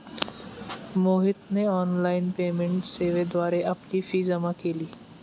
मोहितने online payment सेवेद्वारे आपली फी जमा केली